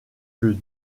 que